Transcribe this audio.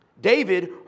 David